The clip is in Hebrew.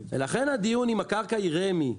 ולכן הדיון אם הקרקע היא רמ"י,